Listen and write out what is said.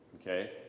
Okay